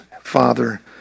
Father